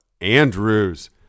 Andrews